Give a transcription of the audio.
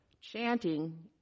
chanting